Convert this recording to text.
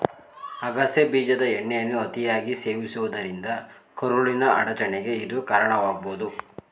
ಅಗಸೆ ಬೀಜದ ಎಣ್ಣೆಯನ್ನು ಅತಿಯಾಗಿ ಸೇವಿಸುವುದರಿಂದ ಕರುಳಿನ ಅಡಚಣೆಗೆ ಇದು ಕಾರಣವಾಗ್ಬೋದು